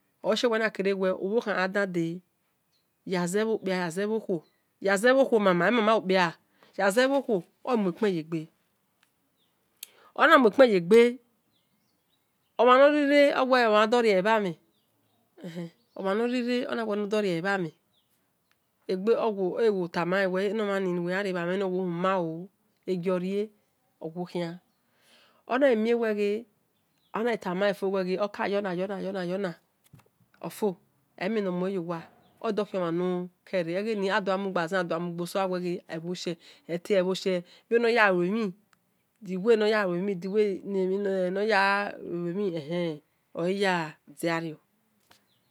Oleahie wel nakere wel boho khan ghadan- de yaze bho kpia yaze bho kbuo yaze bho khuo mama ema-ma okpia yaze bho khuo omue-kpen ye gbe ona mue-kpen yegbe omhan nor riri re ornawel oyan der riele bha-mhen ewo tamar len wel ghe enomhani nuwel yarini owo huma o egiorie owo khian onaghi mie we ghe anaghi tamale wel ghe okayo-na-yo-na-yo-na ofo amie nor mue yo wu odokhion mhan nor kere egheni adoghe mu gba zen adogho mu gbo so aweghe ebho shie ete ebho shie bhinoya lue mhi eleya diario.